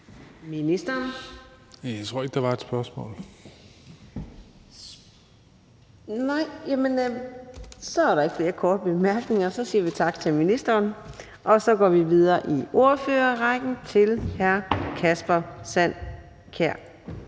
Fjerde næstformand (Karina Adsbøl): Nej, men så er der ikke flere korte bemærkninger. Så siger vi tak til ministeren, og så går vi videre i ordførerrækken til hr. Kasper Sand Kjær